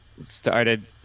started